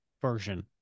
version